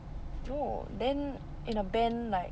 oh then in a band like